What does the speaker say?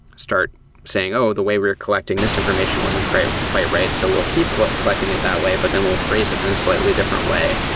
start saying, oh! the way we're collecting this information wasn't quite quite right. so we'll keep collecting it that way, but then we'll phrase it in a slightly different way.